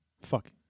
Fuck